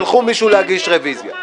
שלחו מישהו להגיש רביזיה.